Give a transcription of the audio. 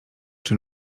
czy